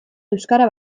euskara